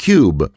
Cube